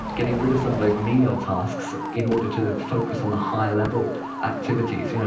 getting rid of some of those menial tasks in order to focus on the higher level activities? you know